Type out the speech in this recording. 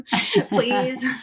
Please